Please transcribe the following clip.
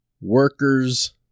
Workers